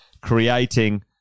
creating